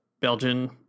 Belgian